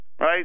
Right